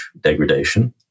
degradation